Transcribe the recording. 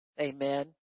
amen